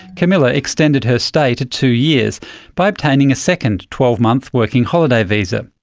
camilla extended her stay to two years by obtaining a second twelve month working holiday visa.